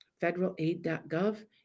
Federalaid.gov